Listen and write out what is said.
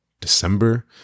December